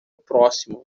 próximo